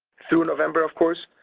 through november of course.